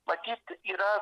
matyt yra